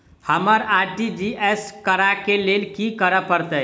हमरा आर.टी.जी.एस करऽ केँ लेल की करऽ पड़तै?